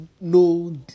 no